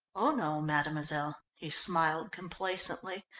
oh no, mademoiselle, he smiled complacently.